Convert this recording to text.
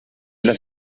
las